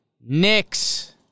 Knicks